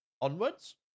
onwards